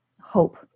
hope